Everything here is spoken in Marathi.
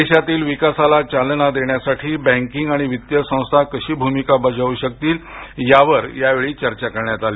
देशातील विकासाला चालना देण्यासाठी बँकिंग आणि वित्तीय संस्था कशी भूमिका बाजू शकतील यावर यावेळी चर्चा करण्यात्त आली